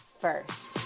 first